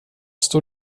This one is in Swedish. står